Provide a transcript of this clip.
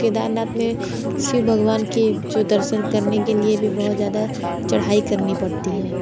केदारनाथ में शिव भगवान की जो दर्शन करने के लिए भी बहुत ज़्यादा चढ़ाई करनी पड़ती है